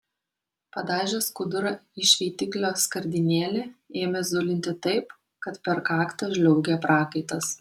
padažęs skudurą į šveitiklio skardinėlę ėmė zulinti taip kad per kaktą žliaugė prakaitas